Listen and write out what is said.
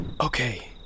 Okay